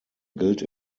gilt